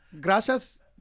Gracias